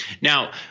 Now